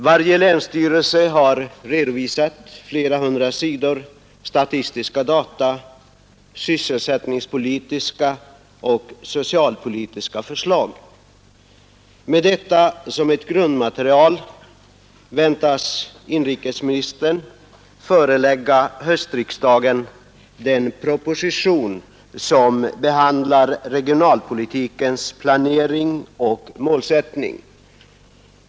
Varje länsstyrelse har redovisat flera hundra sidor statistiska data, sysselsättningspolitiska och socialpolitiska förslag. Med detta som ett grundmaterial väntas inrikesministern förelägga höstriksdagen en proposition som behandlar regionalpolitikens planering och målsättning.